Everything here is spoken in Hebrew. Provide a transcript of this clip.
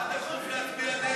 מה דחוף להצביע נגד?